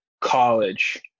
college